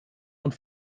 und